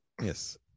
Yes